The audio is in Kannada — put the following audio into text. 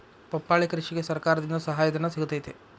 ಪಪ್ಪಾಳಿ ಕೃಷಿಗೆ ಸರ್ಕಾರದಿಂದ ಸಹಾಯಧನ ಸಿಗತೈತಿ